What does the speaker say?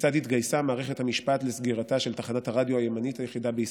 כיצד התגייסה מערכת המשפט לסגירתה של תחנת הרדיו הימנית היחידה בישראל?